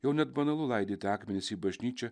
jau net banalu laidyti akmenis į bažnyčią